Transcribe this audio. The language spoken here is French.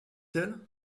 elle